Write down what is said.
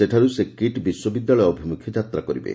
ସେଠାରୁ ସେ କିଟ୍ ବିଶ୍ୱବିଦ୍ୟାଳୟ ଅଭିମୁଖେ ଯାତ୍ରା କରିବେ